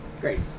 Great